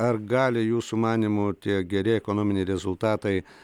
ar gali jūsų manymu tie geri ekonominiai rezultatai